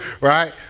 right